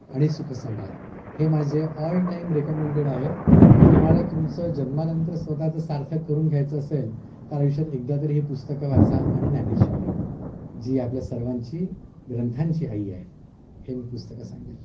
आणि सुखसंवाद हे माझे ऑल टाईम रेकमेंडेड आहे की तुम्हाला तुमचं जन्मानंतर स्वतःचं सार्थक करून घ्यायचं असेल तर आयुष्यात एकदा तरी ही पुस्तकं वाचा आणि ज्ञानेश्वरी जी आपल्या सर्वांची ग्रंथांची आई आहे हे मी पुस्तकं सांगेल